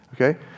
Okay